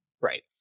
Right